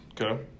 Okay